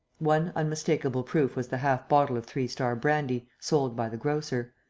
one unmistakable proof was the half-bottle of three star brandy sold by the grocer.